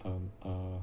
um uh